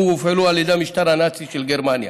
והופעלו על ידי המשטר הנאצי של גרמניה.